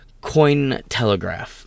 Cointelegraph